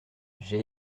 j’ai